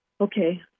Okay